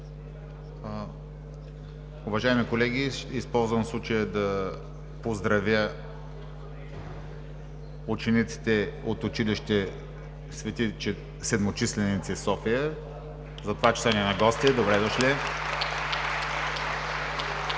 Уважаеми колеги, ще използвам случая да поздравя учениците от училище „Свети Седмочисленици“ – София, за това, че са ни на гости. Добре дошли! Да